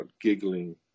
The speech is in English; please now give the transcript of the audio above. giggling